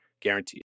guaranteed